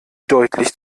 deutlich